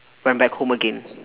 went back home again